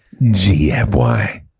gfy